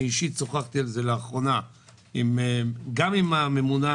אני אישית שוחחתי על זה לאחרונה גם עם הממונה